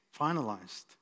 finalized